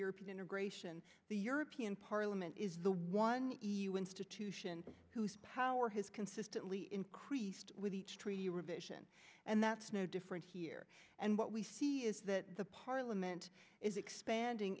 european integration the european parliament is the one institution whose power has consistently increased with each treaty revision and that's no different here and what we see is that the parliament is expanding